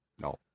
No